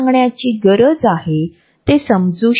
आता आपण घाबरुन आहात आणि कदाचित नाराज देखील आहात